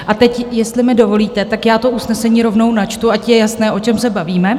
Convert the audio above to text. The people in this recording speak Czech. A teď, jestli mi dovolíte, to usnesení rovnou načtu, ať je jasné, o čem se bavíme.